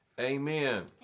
Amen